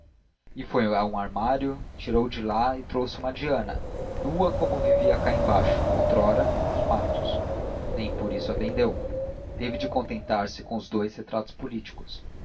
e foi a um armário tirou de lá e trouxe uma diana nua como vivia cá embaixo outrora nos matos nem por isso a vendeu teve de contentar-se com os retratos políticos